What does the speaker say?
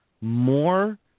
more